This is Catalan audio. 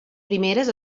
primeres